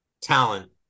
talent